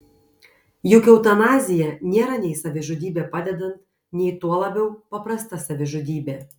juk eutanazija nėra nei savižudybė padedant nei tuo labiau paprasta savižudybė